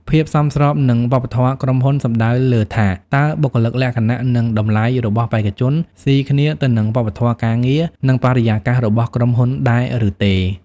ភាពសមស្របនឹងវប្បធម៌ក្រុមហ៊ុន សំដៅលើថាតើបុគ្គលិកលក្ខណៈ និងតម្លៃរបស់បេក្ខជនស៊ីគ្នាទៅនឹងវប្បធម៌ការងារ និងបរិយាកាសរបស់ក្រុមហ៊ុនដែរឬទេ?